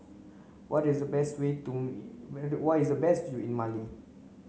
what is the best we to me where is the best in Mali